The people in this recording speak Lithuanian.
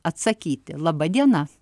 atsakyti laba diena